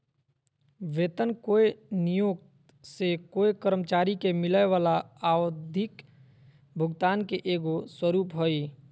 वेतन कोय नियोक्त से कोय कर्मचारी के मिलय वला आवधिक भुगतान के एगो स्वरूप हइ